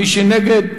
מי שנגד,